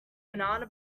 banana